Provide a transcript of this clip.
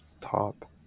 top